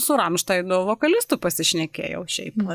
su raimštainų vokalistu pasišnekėjau šiaip vat